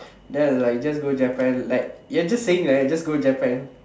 then I like just go Japan like you're just saying like just go Japan